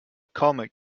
comet